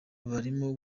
barimo